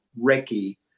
Ricky